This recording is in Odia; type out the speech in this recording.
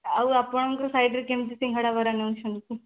ଆଉ ଆପଣଙ୍କ ସାଇଡ଼୍ରେ କେମିତି ସିଙ୍ଗଡ଼ା ବରା ବନଉଛନ୍ତି